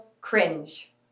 Cringe